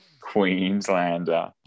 Queenslander